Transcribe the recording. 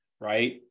right